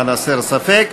למען הסר ספק.